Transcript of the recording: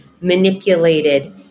manipulated